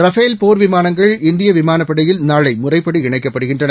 Rafale போர் விமானங்கள் இந்திய விமானப் படையில் நாளை முறைப்படி இணைக்கப்படுகின்றன